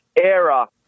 era